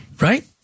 Right